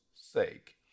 sake